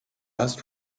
hast